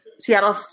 Seattle